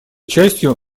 частью